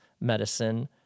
medicine